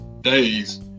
days